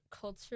culture